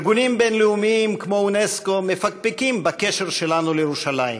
ארגונים בין-לאומיים כמו אונסק"ו מפקפקים בקשר שלנו לירושלים,